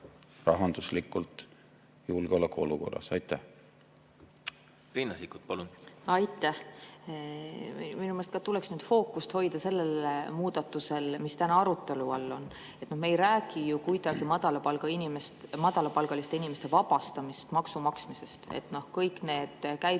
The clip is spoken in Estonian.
rahanduslikult julgeolekuolukorras. Riina Sikkut, palun! Aitäh! Minu meelest ka tuleks fookust hoida sellel muudatusel, mis täna arutelu all on. Me ei räägi ju kuidagi madalapalgaliste inimeste vabastamisest maksude maksmisest. Kõik need